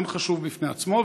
עניין חשוב בפני עצמו.